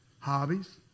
Hobbies